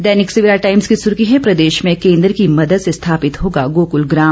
दैनिक Savera times की सुर्खी है प्रदेश में केंद्र की मदद से स्थापित होगा गोकुल ग्राम